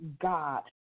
God